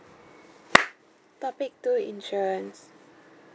topic two insurance